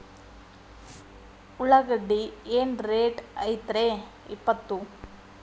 ಉಳ್ಳಾಗಡ್ಡಿ ಏನ್ ರೇಟ್ ಐತ್ರೇ ಇಪ್ಪತ್ತು?